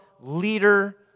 leader